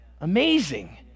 Amazing